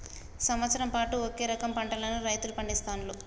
సంవత్సరం పాటు ఒకే రకం పంటలను రైతులు పండిస్తాండ్లు